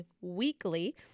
weekly